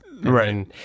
right